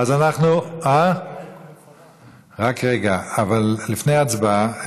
לפני ההצבעה,